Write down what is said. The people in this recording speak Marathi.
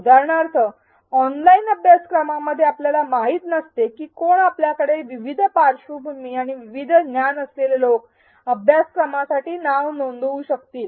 उदाहरणार्थ ऑनलाइन अभ्यासक्रमामध्ये आपल्याला माहित नसते की कोण आपल्याकडे विविध पार्श्वभूमी आणि विविध ज्ञान असलेले लोक अभ्यासक्रमासाठी नाव नोंदवू शकतील